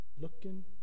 looking